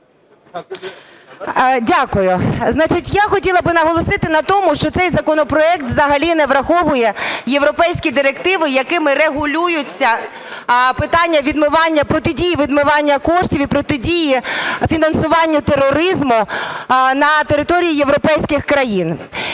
Дякую. Я хотіла би наголосити на тому, що цей законопроект взагалі не враховує європейські директиви, якими регулюються питання відмивання, протидії відмивання коштів і протидії фінансування тероризму на території європейських країн.